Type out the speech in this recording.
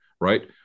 right